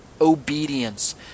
obedience